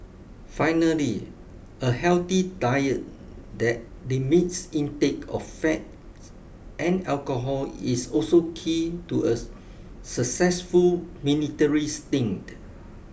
finally a healthy diet that limits intake of fat and alcohol is also key to a successful military stint